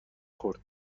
خورد